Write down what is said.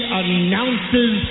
announces